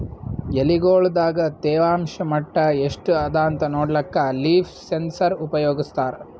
ಎಲಿಗೊಳ್ ದಾಗ ತೇವಾಂಷ್ ಮಟ್ಟಾ ಎಷ್ಟ್ ಅದಾಂತ ನೋಡ್ಲಕ್ಕ ಲೀಫ್ ಸೆನ್ಸರ್ ಉಪಯೋಗಸ್ತಾರ